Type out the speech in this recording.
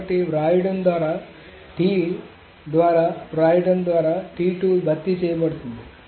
కాబట్టి వ్రాయడం ద్వారా T ద్వారా వ్రాయడం ద్వారా భర్తీ చేయబడుతుంది